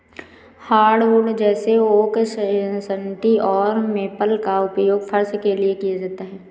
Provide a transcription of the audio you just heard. hardwood जैसे oak सन्टी और मेपल का उपयोग फर्श के लिए किया जाता है